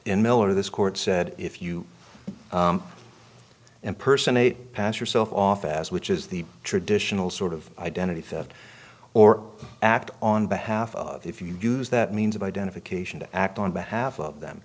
in miller this court said if you impersonate pass yourself off as which is the traditional sort of identity theft or act on behalf of if you use that means of identification to act on behalf of them